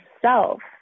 self